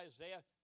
Isaiah